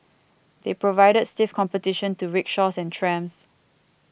they provided stiff competition to rickshaws and trams